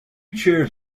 chairs